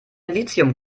lithium